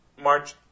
march